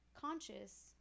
conscious